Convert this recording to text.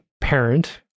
parent